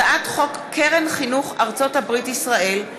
הצעת חוק קרן חינוך ארצות-הברית ישראל,